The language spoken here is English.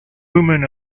woman